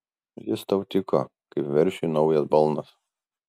jis tau tiko kaip veršiui naujas balnas